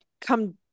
come